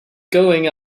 going